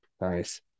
nice